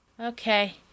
Okay